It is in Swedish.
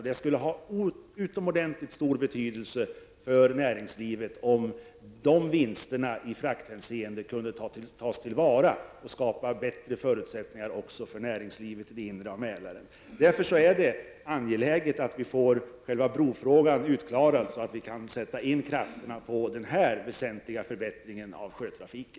Det skulle ha utomordentligt stor betydelse för näringslivet om dessa vinster i frakthänseende kunde tas till vara och skapa bättre förutsättningar också för näringslivet i det inre av Det är därför angeläget att vi får själva brofrågan utklarad, så att vi kan sätta in krafterna på denna väsentliga förbättring av sjötrafiken.